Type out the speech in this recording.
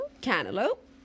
Cantaloupe